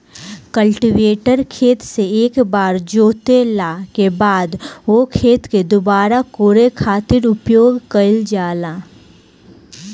cultivator खेत से एक बेर जोतला के बाद ओ खेत के दुबारा कोड़े खातिर उपयोग कईल जाला